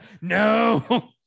No